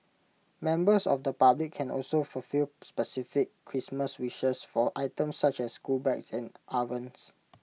members of the public can also fulfil specific Christmas wishes for items such as school bags and ovens